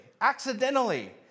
accidentally